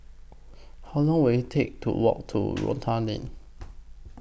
How Long Will IT Take to Walk to Rotan Lane